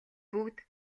бүгд